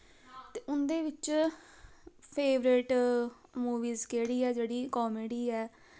ते उं'दे बिच्च फेवरेट मूवीस केह्ड़ी ऐ जेह्ड़ी कामेडी ऐ